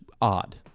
odd